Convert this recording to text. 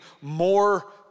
more